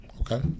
Okay